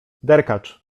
derkacz